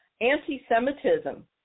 anti-Semitism